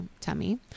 tummy